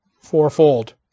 fourfold